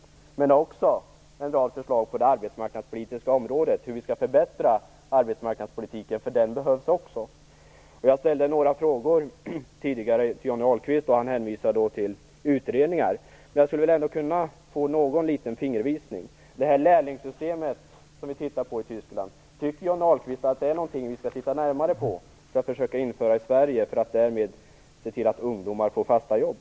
Vi har också en rad förslag på det arbetsmarknadspolitiska området om hur vi skall förbättra arbetsmarknadspolitiken, eftersom den också behövs. Jag ställde några frågor tidigare till Johnny Ahlqvist. Han hänvisar då till utredningar. Men jag skulle kanske ändå kunna få någon liten fingervisning. Tycker Johnny Ahlqvist att det lärlingssystem som vi tittade på i Tyskland är någonting som vi skall titta närmare på och försöka införa i Sverige och därmed se till att ungdomar får fasta jobb?